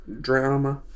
Drama